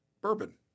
bourbon